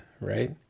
right